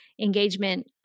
engagement